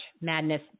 Madness